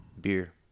Beer